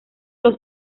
los